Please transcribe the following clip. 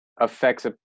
affects